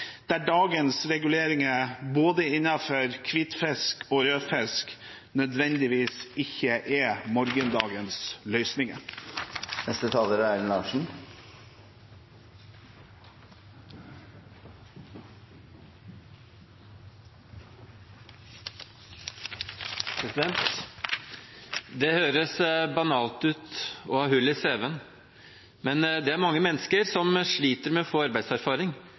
der dagens reguleringer innenfor både hvitfisk og rødfisk nødvendigvis ikke er morgendagens løsninger. Det høres banalt ut å ha hull i CV-en, men det er mange mennesker som sliter med å få arbeidserfaring.